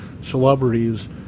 celebrities